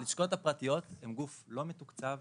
הלשכות הפרטיות הן גוף לא מתוקצב,